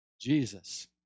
Jesus